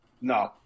no